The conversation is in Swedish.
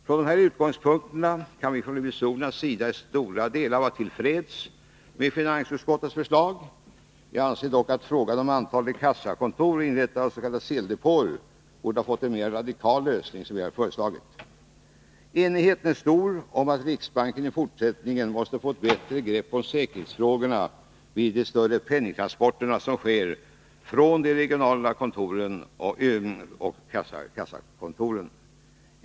Från dessa utgångspunkter kan vi från revisorernas sida i stora delar vara till freds med finansutskottets förslag. Jag anser dock att frågan om antalet kassakontor och inrättandet av s.k. sedeldepåer borde ha fått den mera radikala lösning som vi föreslagit. Enigheten är stor om att riksbanken i fortsättningen måste få ett bättre grepp om säkerhetsfrågorna vid de större penningstransporter som sker från de regionala kontoren och kassakontoren.